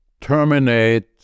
terminate